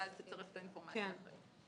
ואז תצטרך את האינפורמציה אחרי.